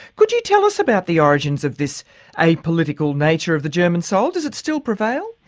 could you tell us about the origins of this apolitical nature of the german soul? does it still prevail?